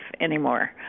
anymore